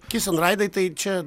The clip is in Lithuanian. kis en raidai tai čia